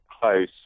close